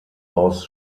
aus